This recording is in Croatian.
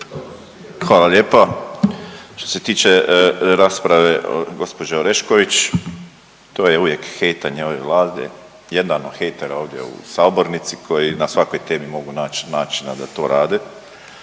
Hvala lijepa. Što se tiče rasprave od gđe. Orešković, to je uvijek hejtanje ove Vlade, jedan od hejtera ovdje u sabornici koji na svakoj temi mogu nać načina da to rade.